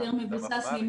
את המפמ"רים.